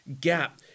gap